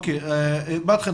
בת חן,